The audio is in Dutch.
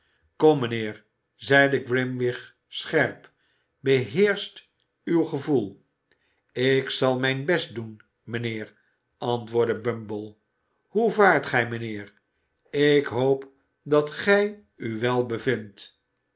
mijnheer zeide grimwig scherp beheerscht uw gevoel ik zal mijn best doen mijnheer antwoordde bumble hoe vaart gij mijnheer ik hoop dat gij u wel